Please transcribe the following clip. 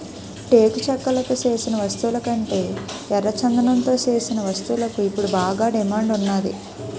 టేకు చెక్కతో సేసిన వస్తువులకంటే ఎర్రచందనంతో సేసిన వస్తువులకు ఇప్పుడు బాగా డిమాండ్ ఉన్నాది